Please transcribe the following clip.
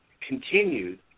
continued